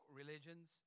religions